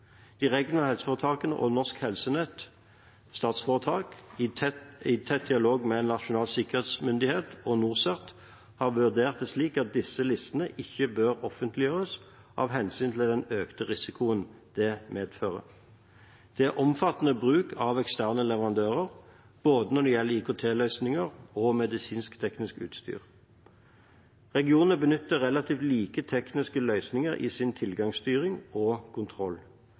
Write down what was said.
De regionale helseforetakene og Norsk Helsenett SF i tett dialog med NSM/NorCERT har vurdert det slik at disse listene ikke bør offentliggjøres av hensyn til den økte risikoen det medfører. Det er en omfattende bruk av eksterne leverandører når det gjelder både IKT-løsninger og medisinsk-teknisk utstyr. Regionene benytter relativt like tekniske løsninger i sin tilgangsstyring og